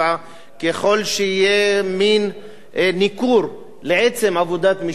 ככל שיהיה מין ניכור לעצם עבודת משטרת ישראל,